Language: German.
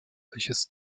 welches